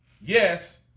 yes